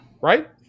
Right